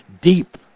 deep